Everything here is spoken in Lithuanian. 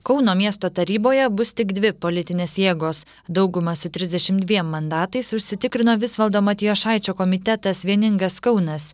kauno miesto taryboje bus tik dvi politinės jėgos daugumą su trisdešim dviem mandatais užsitikrino visvaldo matijošaičio komitetas vieningas kaunas